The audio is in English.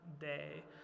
day